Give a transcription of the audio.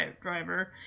driver